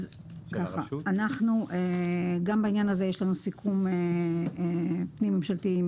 גם בעניין הזה יש לנו סיכום פנים ממשלתי עם